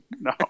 No